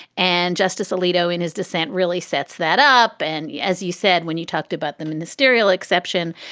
and justice alito, in his dissent, really sets that up. and as you said when you talked about the ministerial exception,